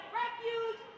refuge